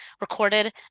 recorded